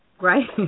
Right